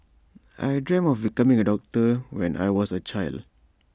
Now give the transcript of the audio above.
I dreamt of becoming A doctor when I was A child